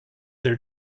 their